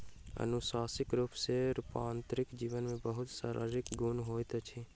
अनुवांशिक रूप सॅ रूपांतरित जीव में बहुत शारीरिक गुण होइत छै